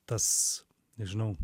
tas nežinau